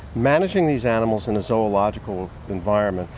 managing these animals in a zoological environment,